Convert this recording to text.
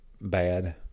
bad